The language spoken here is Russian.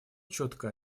четкое